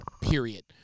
Period